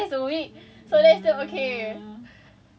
that's what you said cause you go to office twice a week